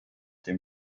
dem